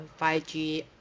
5G